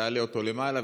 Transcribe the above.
תעלה אותו למעלה,